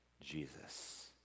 Jesus